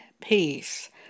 peace